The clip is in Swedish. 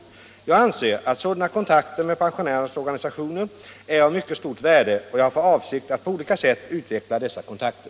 Jag anser att sådana kontakter med pensionärernas organisationer är av mycket stort värde och jag har för avsikt att på olika sätt utveckla dessa kontakter.